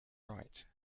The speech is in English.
right